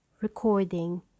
Recording